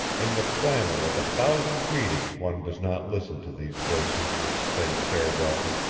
in the clamor of a thousand greetings one does not listen to these voices which say farewell.